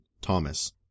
Thomas